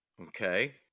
Okay